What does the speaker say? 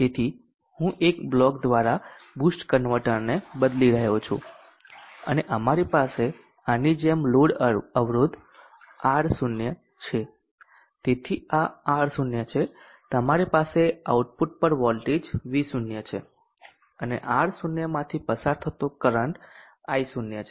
તેથી હું એક બ્લોક દ્વારા બુસ્ટ કન્વર્ટરને બદલી રહ્યો છું અને અમારી પાસે આની જેમ લોડ અવરોધ R0 છે તેથી આ R0 છે તમારી પાસે આઉટપુટ પર વોલ્ટેજ V0 છે અને R0 માંથી પસાર થતો કરંટ I0 છે